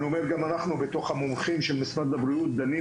גם אנחנו בתוך המומחים של משרד הבריאות דנים